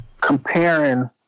comparing